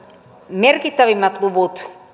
merkittävimmät luvut